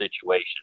situation